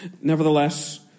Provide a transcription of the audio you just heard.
Nevertheless